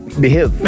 Behave